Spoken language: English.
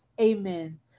Amen